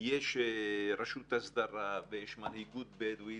יש רשות הסדרה ויש מנהיגות בדואית,